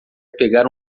pegar